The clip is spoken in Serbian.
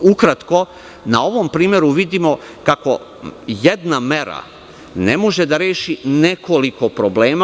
Ukratko, na ovom primeru vidimo kako jedna mera ne može da reši nekoliko problema.